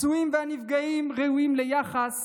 הפצועים והנפגעים ראויים ליחס